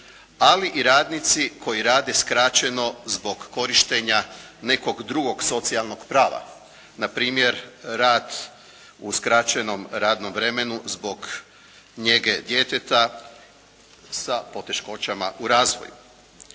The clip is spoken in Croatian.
ali i radnici koji rade skraćeno zbog korištenja nekog drugog socijalnog prava. Na primjer, rad u skraćenom radnom vremenu zbog njege djeteta sa poteškoćama u razvoju.